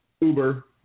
Uber